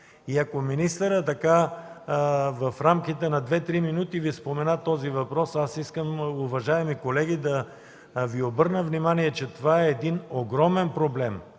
Ако министърът в рамките на 2-3 минути Ви спомена този въпрос, аз искам, уважаеми колеги, да Ви обърна внимание, че това е един огромен проблем,